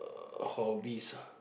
uh hobbies ah